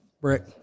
Brick